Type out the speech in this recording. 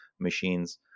machines